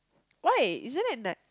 why isn't that n~